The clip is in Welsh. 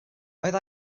oedd